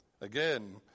again